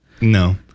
No